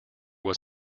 was